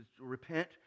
repent